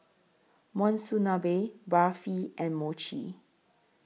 Monsunabe Barfi and Mochi